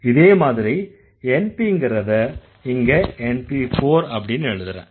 இதே மாதிரி NPங்கறத இங்க NP4அப்படின்னு எழுதறேன்